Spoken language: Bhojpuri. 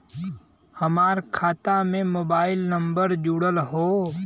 हमार खाता में मोबाइल नम्बर जुड़ल हो?